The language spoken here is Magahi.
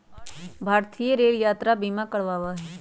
भारतीय रेल यात्रा बीमा करवावा हई